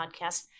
podcast